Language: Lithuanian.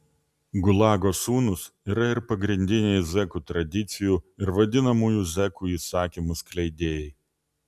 gulago sūnūs yra ir pagrindiniai zekų tradicijų ir vadinamųjų zekų įsakymų skleidėjai